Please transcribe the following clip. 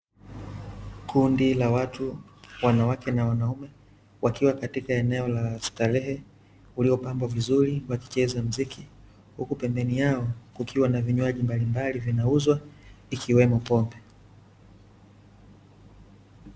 kundi la watu; wanawake na wanaume, wakiwa katika eneo la starehe, uliopamba vizuri, wakicheza mziki, huku pemebeni yao, kukiwa na vinywaji mbalimbali vinauzwa, ikiwemo pombe.